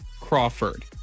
Crawford